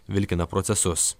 vilkina procesus